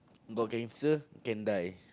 got cancer can die